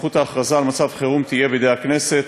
סמכות ההכרזה על מצב חירום תהיה בידי הכנסת,